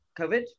COVID